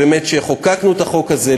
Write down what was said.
כשחוקקנו את החוק הזה,